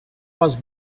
was